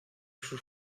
sus